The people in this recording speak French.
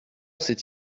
c’est